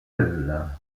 elle